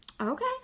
Okay